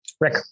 Rick